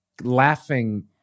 laughing